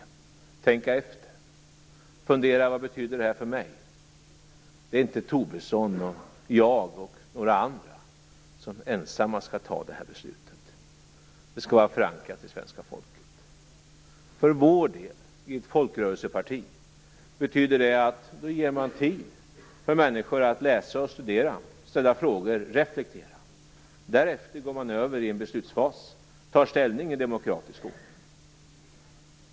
Människor måste få tänka efter och fundera: Vad betyder detta för mig? Det är inte Tobisson, jag och några andra som ensamma skall fatta detta beslut. Det skall vara förankrat i det svenska folket. För vår del, i ett folkrörelseparti, betyder det att man ger tid för människor att läsa och studera, ställa frågor och reflektera. Därefter går man över i en beslutsfas och tar ställning i demokratisk ordning.